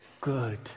good